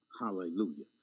Hallelujah